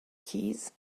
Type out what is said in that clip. keys